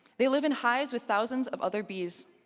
they live in hives with thousands of other bees.